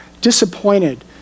disappointed